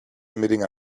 emitting